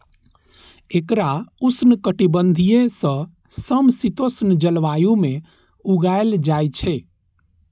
एकरा उष्णकटिबंधीय सं समशीतोष्ण जलवायु मे उगायल जाइ छै